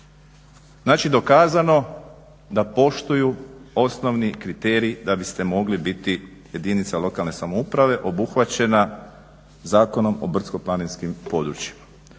Znači dokazano je da poštuju osnovni kriterij da biste mogli biti jedinica lokalne samouprave obuhvaćena Zakonom o brdsko planinskim područjima.